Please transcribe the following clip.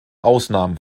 ausnahmen